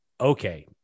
okay